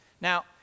Now